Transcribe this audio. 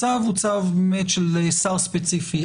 הצו הוא צו באמת של שר ספציפי.